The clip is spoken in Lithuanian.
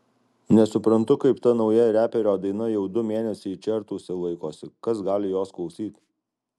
nesuprantu kaip ta nauja reperio daina jau du mėnesiai čertuose laikosi kas gali jos klausyt